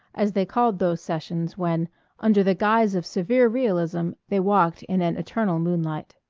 as they called those sessions when under the guise of severe realism they walked in an eternal moonlight.